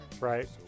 Right